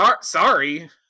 Sorry